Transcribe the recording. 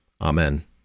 Amen